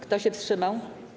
Kto się wstrzymał?